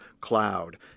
cloud